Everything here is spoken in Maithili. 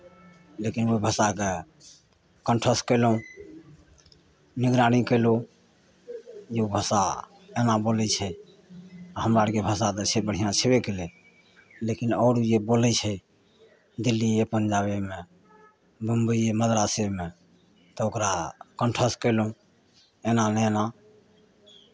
लेकिन ओ भाषाकेँ कण्ठस्थ कयलहुँ निगरानी कयलहुँ जे ओ भाषा एना बोलै छै हमरा आरके भाषा तऽ छै बढ़िआँ छेबै कयलै लेकिन आओर जे बोलै छै दिल्ली या पंजाबेमे बम्बइ या मद्रासेमे तऽ ओकरा कण्ठस्थ कयलहुँ एना नहि एना